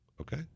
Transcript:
Okay